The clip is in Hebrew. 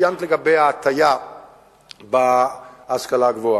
ציינת לגבי ההטיה בהשכלה הגבוהה.